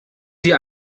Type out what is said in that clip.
sie